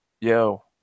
Yo